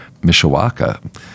Mishawaka